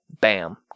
bam